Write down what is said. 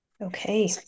Okay